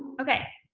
okay.